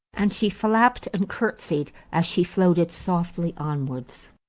and she flapped and curtseyed as she floated softly onwards.